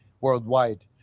worldwide